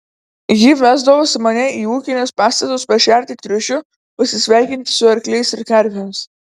ji vesdavosi mane į ūkinius pastatus pašerti triušių pasisveikinti su arkliais ir karvėmis